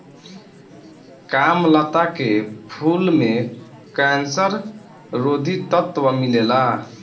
कामलता के फूल में कैंसर रोधी तत्व मिलेला